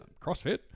CrossFit